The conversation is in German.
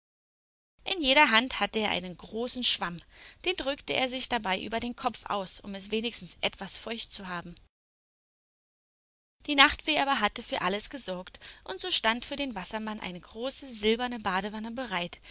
in jeder hand hatte er einen großen schwamm den drückte er sich dabei über den kopf aus um es wenigstens etwas feucht zu haben die nachtfee aber hatte für alles gesorgt und so stand für den wassermann eine große silberne badewanne bereit